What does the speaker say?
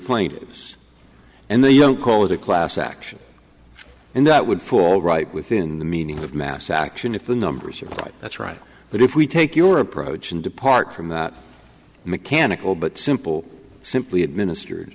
plaintiffs and they don't call it a class action and that would fall right within the meaning of mass action if the numbers are right that's right but if we take your approach and depart from that mechanical but simple simply administered